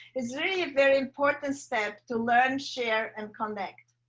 it's really a very important step to learn, share and connect.